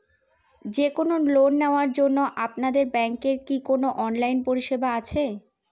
যে কোন লোন নেওয়ার জন্য আপনাদের ব্যাঙ্কের কি কোন অনলাইনে পরিষেবা আছে?